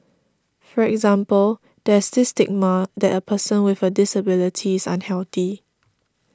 for example there's this stigma that a person with a disability is unhealthy